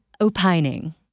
opining